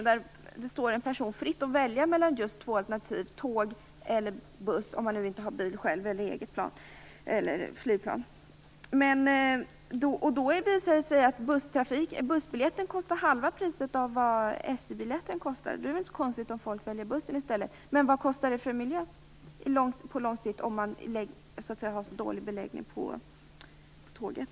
Där står det en person fritt att välja mellan de två alternativen tåg och buss - om man inte själv har bil eller åker flygplan. Bussbiljetten kostar hälften av vad SJ biljetten kostar, och då är det inte så konstigt om folk väljer bussen i stället. Men vad kostar det för miljön på lång sikt, om man har så dålig beläggning på tåget?